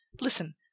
Listen